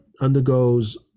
undergoes